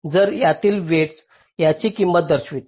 तर त्यांच्यातील वेईटस याची किंमत दर्शवेल